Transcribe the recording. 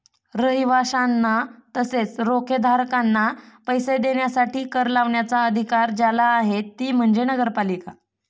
रहिवाशांना तसेच रोखेधारकांना पैसे देण्यासाठी कर लावण्याचा अधिकार ज्याला आहे ती म्हणजे नगरपालिका